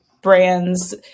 brands